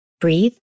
breathe